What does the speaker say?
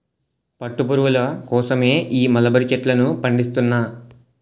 పట్టు పురుగుల కోసమే ఈ మలబరీ చెట్లను పండిస్తున్నా